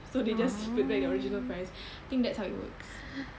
so they just put back the original price I think that's how it works